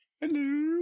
hello